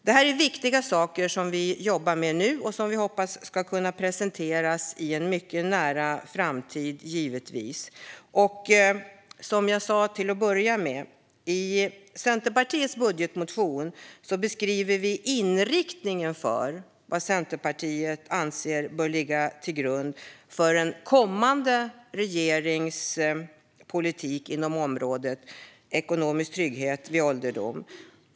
Det här är viktiga saker som vi jobbar med nu och som vi hoppas ska kunna presenteras i en mycket nära framtid. Som jag sa till att börja med: I Centerpartiets budgetmotion beskriver vi inriktningen för vad Centerpartiet anser bör ligga till grund för en kommande regerings politik inom området Ekonomisk trygghet vid ålderdom.